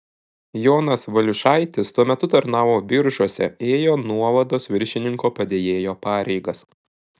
jonas valiušaitis tuo metu tarnavo biržuose ėjo nuovados viršininko padėjėjo pareigas